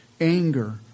anger